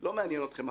לא מעניין אתכם החוק,